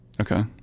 okay